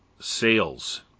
sales